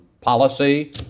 policy